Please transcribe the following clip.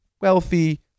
wealthy